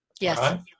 yes